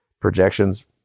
projections